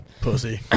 Pussy